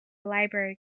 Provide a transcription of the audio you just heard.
library